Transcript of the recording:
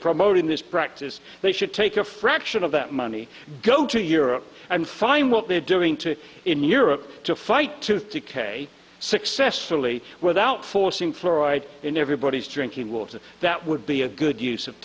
promoting this practice they should take a fraction of that money go to europe and find what they're doing to in europe to fight tooth decay successfully without forcing fluoride in everybody's drinking water that would be a good use of